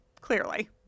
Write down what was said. Clearly